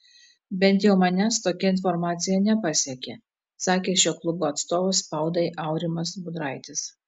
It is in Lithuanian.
bent jau manęs tokia informacija nepasiekė sakė šio klubo atstovas spaudai aurimas budraitis